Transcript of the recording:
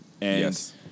Yes